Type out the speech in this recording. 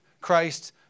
Christ